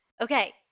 Okay